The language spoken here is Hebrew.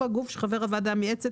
גוף שחבר הוועדה המייעצת,